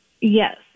Yes